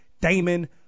Damon